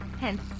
hence